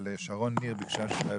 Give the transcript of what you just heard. שרון ניר, בבקשה.